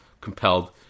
compelled